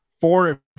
four